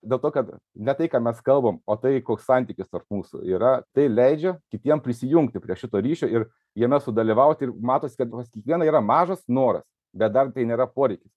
dėl to kad ne tai ką mes kalbam o tai koks santykis tarp mūsų yra tai leidžia kitiem prisijungti prie šito ryšio ir jame sudalyvauti ir matosi kad pas kiekvieną yra mažas noras bet dar tai nėra poreikis